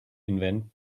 invent